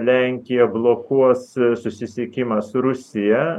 lenkija blokuos susisiekimą su rusija